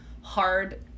hard